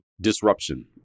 disruption